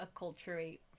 acculturate